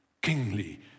kingly